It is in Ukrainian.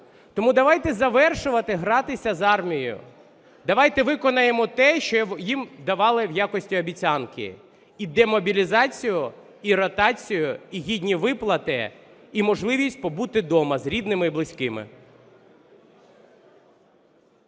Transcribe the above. Тому давайте завершувати гратися з армією, давайте виконаємо те, що їм давали в якості обіцянки: і демобілізацію, і ротацію, і гідні виплати, і можливість побути дома з рідними і близькими.